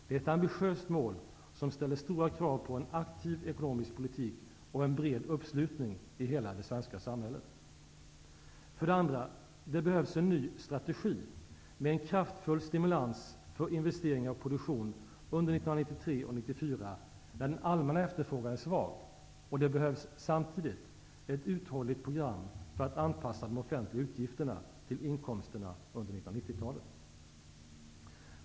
Det är ett ambitiöst mål, som ställer stora krav på en aktiv ekonomisk politik och en bred uppslutning i hela det svenska samhället. För det andra: det behövs en ny strategi, med en kraftfull stimulans för investeringar och produktion under 1993-94, när den allmänna efterfrågan är svag, och det behövs samtidigt ett uthålligt program för att anpassa de offentliga utgifterna till inkomsterna under hela 1990-talet.